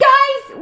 Guys